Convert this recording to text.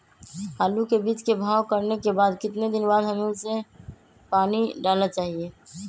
आलू के बीज के भाव करने के बाद कितने दिन बाद हमें उसने पानी डाला चाहिए?